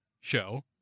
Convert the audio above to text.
show